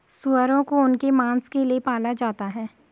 सूअरों को उनके मांस के लिए पाला जाता है